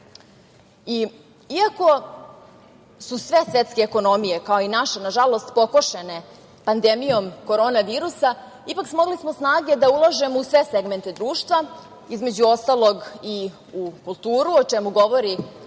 su sve svetske ekonomije, kao i naša, nažalost, pokošene pandemijom korona virusa, ipak smogli smo snage da ulažemo u sve segmente društva, između ostalog, i u kulturu, o čemu govori